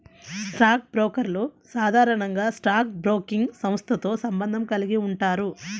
stock బ్రోకర్లు సాధారణంగా stock broking సంస్థతో సంబంధం కలిగి ఉంటారు